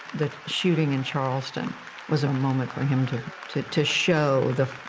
shooting in charleston was a moment for him to, to to show the,